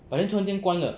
but then 突然间关了